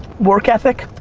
work ethic,